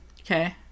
Okay